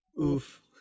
Oof